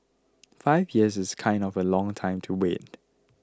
five years is kind of a long time to wait